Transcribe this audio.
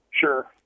Sure